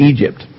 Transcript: Egypt